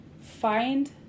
find